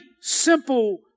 simple